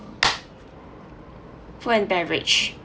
food and beverage